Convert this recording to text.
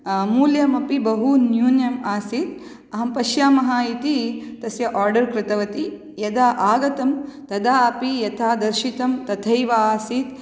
मूल्यमपि बहु न्यूनम् आसीत् अहं पश्यामि इति तस्य आर्डर् कृतवति यदा आगतं तदा अपि यथा दर्शितम् तथैव आसीत्